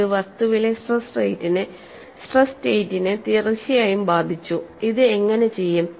ഇത് വസ്തുവിലെ സ്ട്രെസ് സ്റ്റേറ്റിനെ തീർച്ചയായും ബാധിച്ചു ഇത് എങ്ങനെ ചെയ്യും